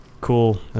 cool